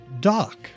Doc